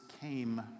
came